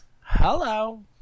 Hello